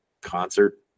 concert